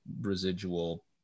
residual